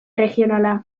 erregionala